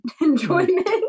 enjoyment